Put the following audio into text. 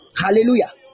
Hallelujah